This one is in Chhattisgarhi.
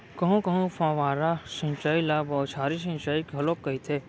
कहूँ कहूँ फव्वारा सिंचई ल बउछारी सिंचई घलोक कहिथे